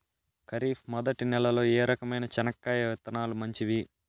ఖరీఫ్ మొదటి నెల లో ఏ రకమైన చెనక్కాయ విత్తనాలు మంచివి